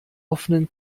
offenen